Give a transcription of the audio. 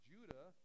Judah